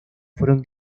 fueron